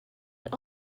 but